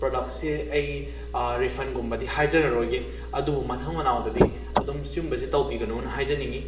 ꯄꯔꯗꯛꯁꯤ ꯑꯩ ꯔꯤꯐꯟꯒꯨꯝꯕꯗꯤ ꯍꯥꯏꯖꯔꯔꯣꯏꯒꯦ ꯑꯗꯨꯕꯨ ꯃꯊꯪ ꯃꯅꯥꯎꯗꯗꯤ ꯑꯗꯨꯝ ꯁꯤꯒꯨꯝꯕꯁꯤ ꯇꯧꯕꯤꯒꯅꯣꯅ ꯍꯥꯏꯖꯅꯤꯡꯏ